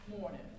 morning